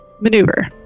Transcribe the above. Maneuver